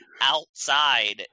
outside